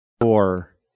Four